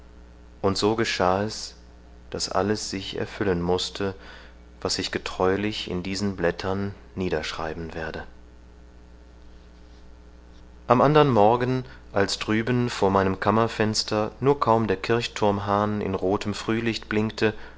und so geschah es daß alles sich erfüllen mußte was ich getreulich in diesen blättern niederschreiben werde am andern morgen als drüben vor meinem kammerfenster nur kaum der kirchthurmhahn in rothem frühlicht blinkte